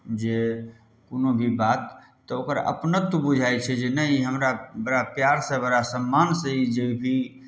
जे कोनो भी बात तऽ ओकर अपनत्व बुझाइ छै जे नहि ई हमरा बड़ा प्यारसँ बड़ा सम्मानसँ ई जे भी